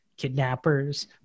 kidnappers